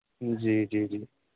جی جی جی